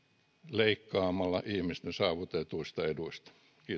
leikkaamalla ihmisten saavutetuista eduista